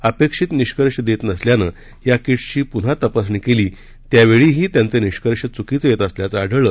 अपेक्षित निष्कर्ष देत नसल्यानं या कीट्सची पून्हा तपासणी केली त्यावेळीही त्यांचे निष्कर्ष चुकीचे येत असल्याचं आढळलं